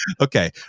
Okay